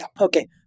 Okay